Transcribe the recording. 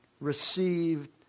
received